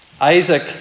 Isaac